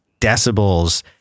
decibels